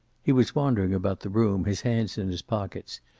he was wandering about the room, his hands in his pockets,